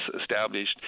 established